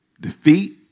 Defeat